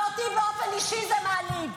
ואותי באופן אישי זה מעליב.